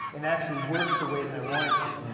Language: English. and actually works the way that i want it to.